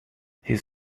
his